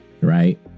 right